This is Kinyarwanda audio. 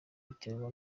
biterwa